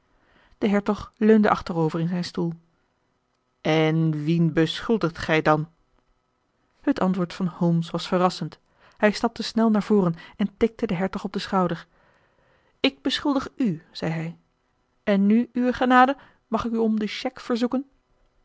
de hertog leunde achterover in zijn stoel en wien beschuldigt gij dan het antwoord van holmes was verrassend hij stapte snel naar voren en tikte den hertog op den schouder ik beschuldig u zei hij en nu uwe genade mag ik u om die chèque verzoeken